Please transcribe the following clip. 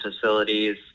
facilities